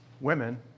women